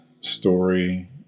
story